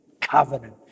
covenant